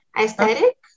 Aesthetic